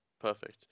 Perfect